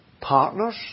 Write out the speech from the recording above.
Partners